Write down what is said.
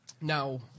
Now